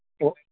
ಒ